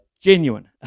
genuine